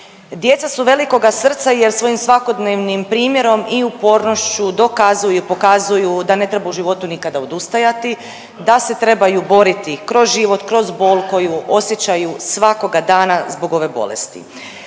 Djeca su velikoga srca jer svojim svakodnevnim primjerom i upornošću dokazuju i pokazuju da ne treba u životu nikada odustajati, da se trebaju boriti kroz život, kroz bol koju osjećaju svakoga dana zbog ove bolesti.